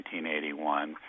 1981